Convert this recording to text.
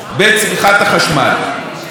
ואז אנחנו מצפים מהאזרחים,